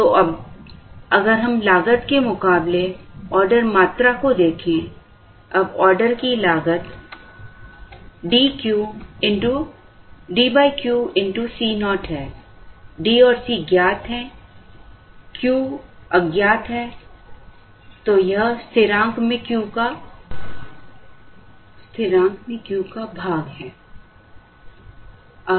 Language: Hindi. तो अब अगर हम लागत के मुकाबले ऑर्डर मात्रा को देखें अब ऑर्डर की लागत DQCo है D और C ज्ञात है Q अज्ञात है तो यह स्थिरांक में Q का भाग है